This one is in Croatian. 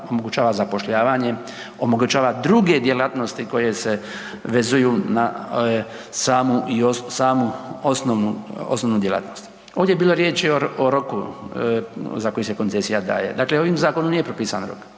omogućava zapošljavanje, omogućava druge djelatnosti koje se vezuje na samu i, samu osnovnu, osnovnu djelatnost. Ovdje je bilo riječi o rokovima za koji se koncesija daje. Dakle, ovim zakonom nije propisan rok,